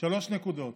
שלוש נקודות.